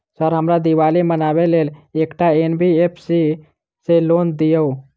Sir हमरा दिवाली मनावे लेल एकटा एन.बी.एफ.सी सऽ लोन दिअउ?